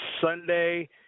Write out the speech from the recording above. Sunday